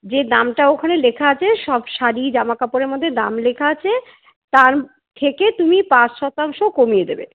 যে দামটা ওখানে লেখা আছে সব শাড়ি জামাকাপড়ের মধ্যে দাম লেখা আছে তার থেকে তুমি পাঁচ শতাংশ কমিয়ে দেবে